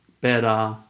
better